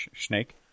Snake